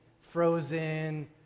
Frozen